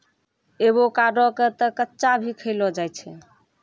avocado क तॅ कच्चा भी खैलो जाय छै